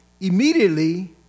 Immediately